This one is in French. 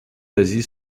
aziz